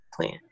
plan